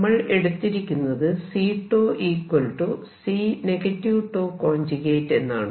നമ്മൾ എടുത്തിരിക്കുന്നത് CC എന്നാണ്